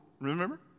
remember